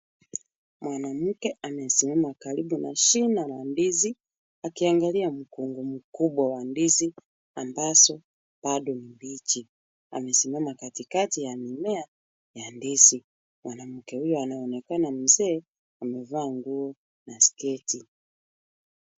Mwanamke amesimama karibu na shina la ndizi, akiangalia mkungu mkubwa wa ndizi, ambaso, bado ni mbichi, amesimama kati kati ya mimea, ya ndisi, mwanamke huyo anaonekana msee, amevaa nguo, na sketi.